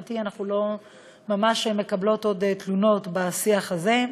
ולשמחתי אנחנו לא ממש מקבלות עוד תלונות בשיח הזה.